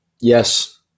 Yes